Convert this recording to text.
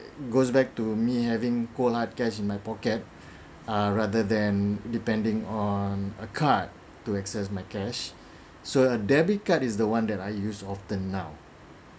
it goes back to me having cold heart cash in my pocket uh rather than depending on a card to access my cash so a debit card is the one that I use often now